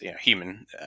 human